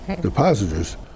depositors